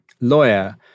lawyer